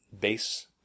base